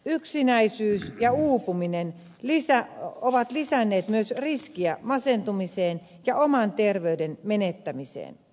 yksinäisyys ja uupuminen ovat lisänneet myös riskiä masentumiseen ja oman terveyden menettämiseen